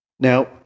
Now